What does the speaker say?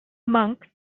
monk